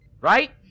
Right